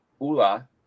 Ula